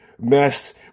mess